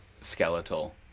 skeletal